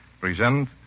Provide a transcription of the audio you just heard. present